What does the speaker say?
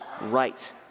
right